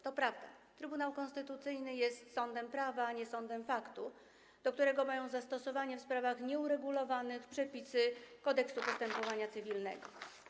To prawda, Trybunał Konstytucyjny jest sądem prawa, a nie sądem faktu, do którego mają zastosowanie w sprawach nieuregulowanych przepisy Kodeksu postępowania cywilnego.